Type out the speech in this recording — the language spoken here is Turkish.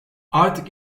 artık